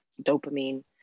dopamine